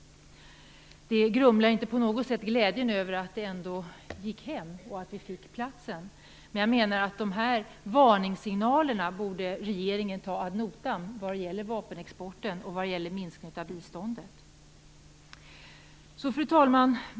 Detta grumlar inte på något sätt glädjen över att det ändå gick hem, och att vi fick platsen, men jag menar att regeringen borde ta varningssignalerna om vapenexporten och minskningen av biståndet ad notam. Fru talman!